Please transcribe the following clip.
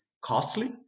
costly